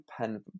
pen